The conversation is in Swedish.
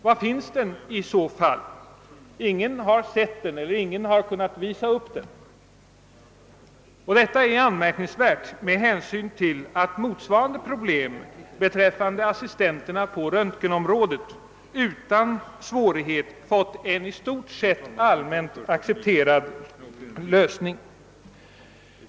Var finns den i så fall? Ingen har sett den. Ingen har kunnat visa upp den. Detta är anmärkningsvärt med hänsyn till att motsvarande problem beträffande assistenterna på röntgenområdet utan svårighet fått en i stort sett allmänt accepterad lösning.